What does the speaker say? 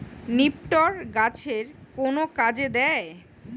নিপটর গাছের কোন কাজে দেয়?